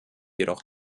jedoch